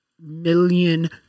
million